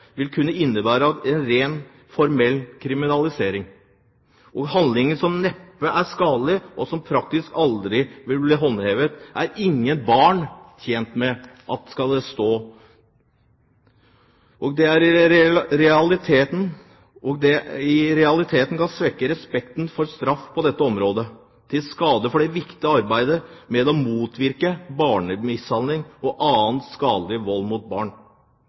vil kunne innebære en rent formell kriminalisering av handlinger som neppe er skadelige, og som i praksis aldri vil bli håndhevet. Det er ingen barn tjent med blir stående. I realiteten kan dette svekke respekten for straff på dette området, til skade for det viktige arbeidet for å motvirke barnemishandling og annen skadelig vold mot barn.